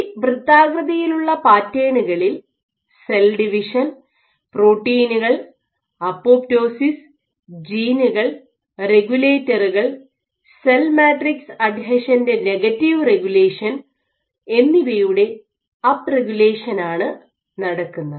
ഈ വൃത്താകൃതിയിലുള്ള പാറ്റേണുകളിൽ സെൽ ഡിവിഷൻ പ്രോട്ടീനുകൾ അപ്പോപ്റ്റോസിസ് ജീനുകൾ റെഗുലേറ്ററുകൾ സെൽ മാട്രിക്സ് അഡ്ഹഷൻ്റെ നെഗറ്റീവ് റെഗുലേഷൻ എന്നിവയുടെ അപ്പ് റെഗുലേഷൻ ആണ് നടക്കുന്നത്